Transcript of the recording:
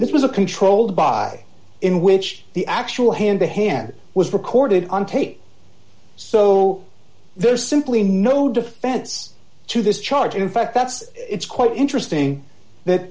this was a controlled by in which the actual hand to hand was recorded on tape so there's simply no defense to this charge in fact that's it's quite interesting that